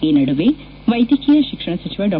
ಈ ನಡುವೆ ವೈದ್ಯಕೀಯ ಶಿಕ್ಷಣ ಸಚಿವ ಡಾ